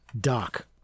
dock